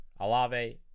Alave